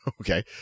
Okay